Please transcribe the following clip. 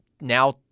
now